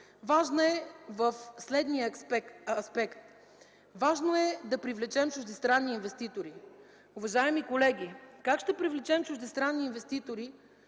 Важно е в следния аспект –да привлечем чуждестранни инвеститори. Уважаеми колеги, как ще привлечем чуждестранни инвеститори,